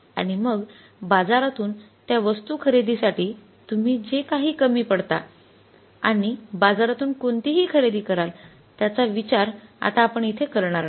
आणि मग बाजारातून त्या वस्तू खरेदीसाठी तुम्ही जे काही कमी पडता आणि बाजारातून कोणतीही खरेदी कराल त्याचा विचार आता आपण इथे करणार नाहीत